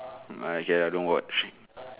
mm okay lah I don't watch